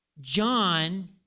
John